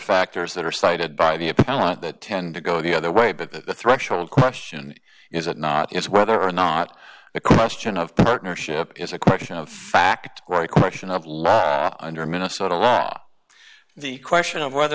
factors that are cited by the appellant that tend to go the other way but the threshold question is it not it's whether or not the question of partnership is a question of fact question of law under minnesota law the question of whether